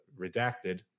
redacted